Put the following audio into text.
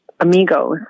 amigos